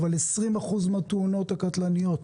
20% מהתאונות הקטלניות,